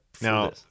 Now